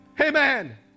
Amen